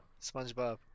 SpongeBob